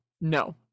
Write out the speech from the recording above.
No